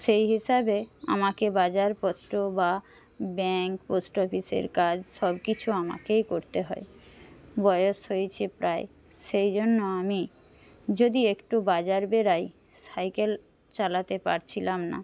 সেই হিসাবে আমাকে বাজারপত্র বা ব্যাঙ্ক পোস্ট অফিসের কাজ সবকিছু আমাকেই করতে হয় বয়স হয়েছে প্রায় সেই জন্য আমি যদি একটু বাজার বেরাই সাইকেল চালাতে পারছিলাম না